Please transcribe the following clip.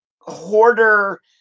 hoarder